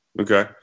Okay